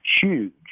huge